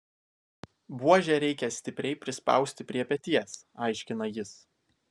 buožę reikia stipriai prispausti prie peties aiškina jis